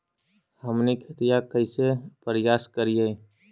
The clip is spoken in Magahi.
हमनी खेतीया कइसे परियास करियय?